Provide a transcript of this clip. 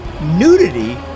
nudity